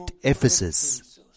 Ephesus